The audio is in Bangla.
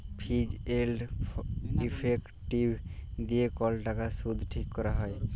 ফিজ এল্ড ইফেক্টিভ দিঁয়ে কল টাকার সুদ ঠিক ক্যরা হ্যয়